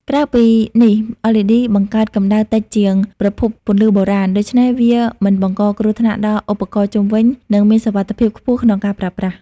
ក្រៅពីនេះLED បង្កើតកម្ដៅតិចជាងប្រភពពន្លឺបុរាណ ដូច្នេះវាមិនបង្កគ្រោះថ្នាក់ដល់ឧបករណ៍ជុំវិញ និងមានសុវត្ថិភាពខ្ពស់ក្នុងការប្រើប្រាស់។